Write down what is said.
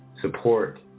support